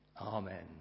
Amen